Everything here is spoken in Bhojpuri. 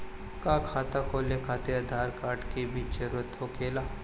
का खाता खोले खातिर आधार कार्ड के भी जरूरत होखेला?